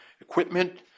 equipment